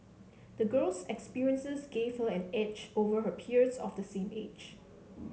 the girl's experiences gave her an edge over her peers of the same age